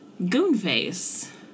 Goonface